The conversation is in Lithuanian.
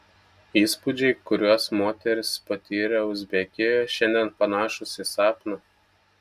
įspūdžiai kuriuos moteris patyrė uzbekijoje šiandien panašūs į sapną